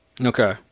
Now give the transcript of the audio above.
Okay